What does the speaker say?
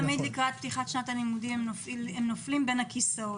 תמיד לקראת שנת הלימודים הם נופלים בין הכיסאות.